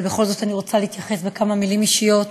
אבל בכל זאת אני רוצה להתייחס בכמה מילים אישיות